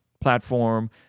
platform